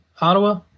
Ottawa